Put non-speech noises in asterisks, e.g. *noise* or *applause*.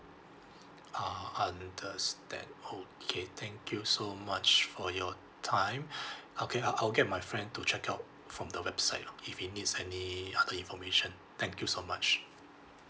ah understand okay thank you so much for your time *breath* okay I'll I'll get my friend to check out from the website lah if he needs any other information thank you so much